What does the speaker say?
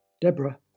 Deborah